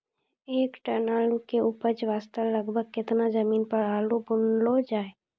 एक टन आलू के उपज वास्ते लगभग केतना जमीन पर आलू बुनलो जाय?